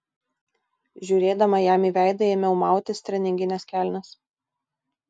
žiūrėdama jam į veidą ėmiau mautis treningines kelnes